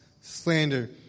slander